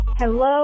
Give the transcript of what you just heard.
Hello